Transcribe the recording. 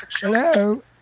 Hello